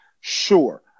sure